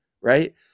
Right